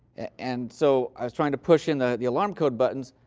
and so i was trying to push in the the alarm code buttons,